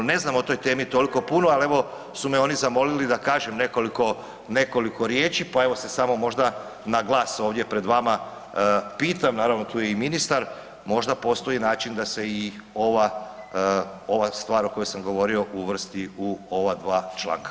Ne znam o toj temi toliko puno, ali evo su me oni zamolili da kažem nekoliko riječi pa evo se samo možda, na glas ovdje pred vama pitam, naravno tu je i ministar, možda postoji način da se i ova stvar o kojoj sam govorio uvrsti u ova dva članka.